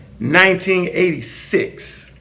1986